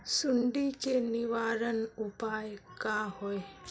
सुंडी के निवारण उपाय का होए?